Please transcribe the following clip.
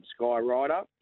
Skyrider